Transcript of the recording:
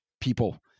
people